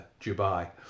Dubai